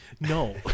No